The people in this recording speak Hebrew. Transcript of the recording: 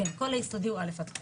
כן, כל היסודי הוא א עד ח